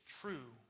true